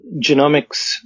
genomics